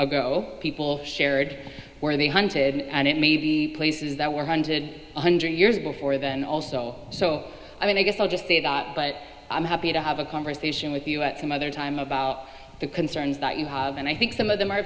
ago people shared where they hunted and it maybe places that were hunted one hundred years before then also so i mean i guess i'll just say that but i'm happy to have a conversation with you at some other time about the concerns that you have and i think some of them are